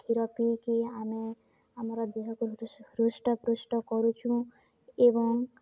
କ୍ଷୀର ପିଇକି ଆମେ ଆମର ଦେହକୁ ହୃଷ୍ଟପୃଷ୍ଟ କରୁଛୁ ଏବଂ